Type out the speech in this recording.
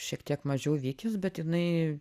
šiek tiek mažiau vykęs bet jinai